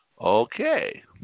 Okay